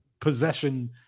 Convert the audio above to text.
possession